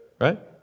Right